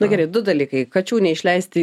nu gerai du dalykai kačių neišleisti